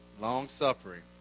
Long-suffering